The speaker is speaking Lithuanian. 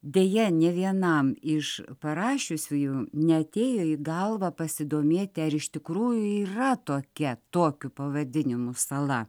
deja nė vienam iš parašiusiųjų neatėjo į galvą pasidomėti ar iš tikrųjų yra tokia tokiu pavadinimu sala